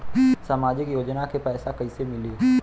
सामाजिक योजना के पैसा कइसे मिली?